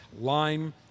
Lime